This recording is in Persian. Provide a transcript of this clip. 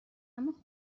اماخب